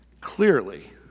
Clearly